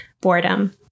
boredom